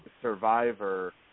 Survivor